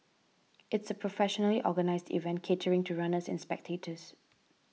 it's a professionally organised event catering to runners and spectators